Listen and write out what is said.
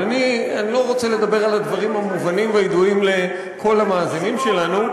אבל אני לא רוצה לדבר על הדברים המובנים והידועים לכל המאזינים שלנו.